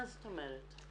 מה זאת אומרת?